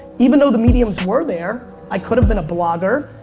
even though the mediums were there, i could've been a blogger.